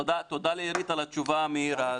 תודה לאירית על התשובה המהירה.